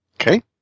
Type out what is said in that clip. Okay